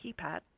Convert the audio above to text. keypad